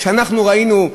שאנחנו ראינו,